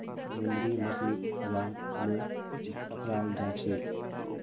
समुंदरी मछलीक खाबार तनौ पकड़ाल जाछेक